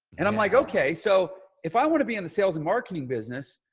and i'm like, okay. so if i want to be in the sales and marketing business,